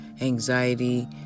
anxiety